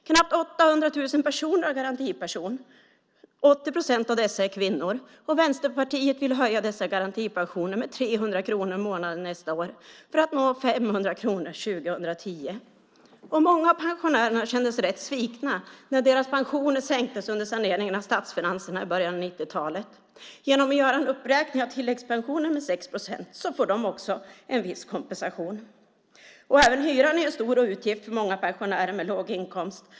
Knappt 800 000 personer har garantipension. 80 procent av dessa är kvinnor. Vänsterpartiet vill höja dessa garantipensioner med 300 kronor i månaden nästa år för att vara 500 kronor år 2010. Många av pensionärerna känner sig rätt svikna när deras pensioner sänktes under saneringen av statsfinanserna i början av 90-talet. Genom att man gör en uppräkning av tilläggspensionen på 6 procent får de också en viss kompensation. Även hyran är en stor utgift för många pensionärer med låg inkomst.